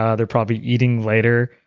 ah they're probably eating later.